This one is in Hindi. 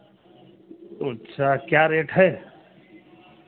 ओ अच्छा क्या रेट है